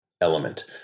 element